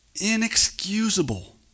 inexcusable